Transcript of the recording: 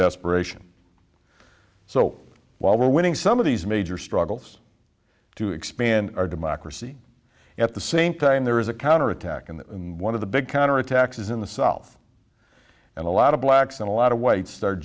desperation so while we're winning some of these major struggles to expand our democracy at the same time there is a counterattack in that and one of the big counterattacks is in the south and a lot of blacks and a lot of white